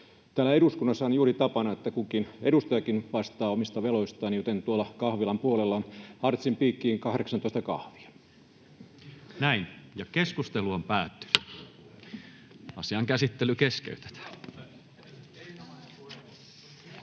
eduskunnassa on juuri tapana, että kukin edustajakin vastaa omista veloistaan, joten tuolla kahvilan puolella on Artsin piikkiin 18 kahvia. [Speech 122] Speaker: Toinen